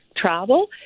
travel